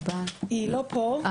היא לא פה,